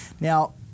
Now